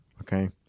Okay